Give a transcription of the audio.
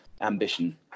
ambition